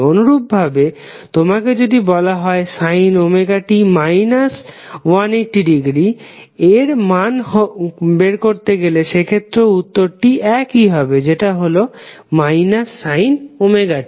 অনুরূপভাবে তোমাকে যদি বলা হয় sin ωt 180 এর মান বের করতে সেক্ষেত্রেও উত্তরটি একই হবে যেটা হল ωt